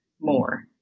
more